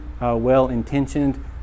well-intentioned